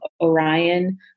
Orion